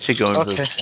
Okay